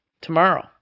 tomorrow